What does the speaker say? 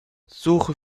suche